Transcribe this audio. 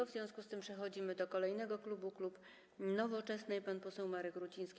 W związku z tym przechodzimy do kolejnego klubu: klub Nowoczesna, pan poseł Marek Ruciński.